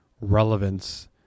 relevance